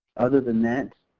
other than that,